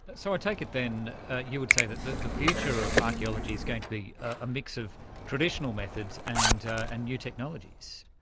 but so i take it then you would say that the the future of archaeology is going to be a mix of traditional methods and and new technologies.